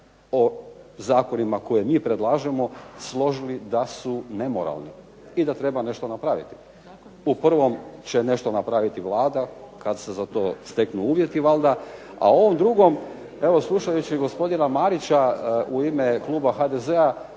o zakonima koje mi predlažemo složili da su nemoralni i da treba nešto napraviti. U prvom će nešto napraviti Vlada kad se za to steknu uvjeti valjda a u ovom drugom evo slušajući gospodina Marića u ime kluba HDZ-a